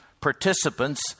participants